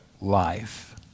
life